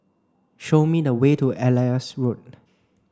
show me the way to Elias Road